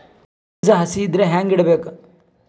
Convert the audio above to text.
ಬೀಜ ಹಸಿ ಇದ್ರ ಹ್ಯಾಂಗ್ ಇಡಬೇಕು?